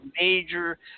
major –